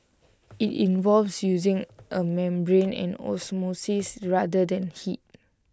IT involves using A membrane and osmosis rather than heat